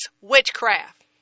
witchcraft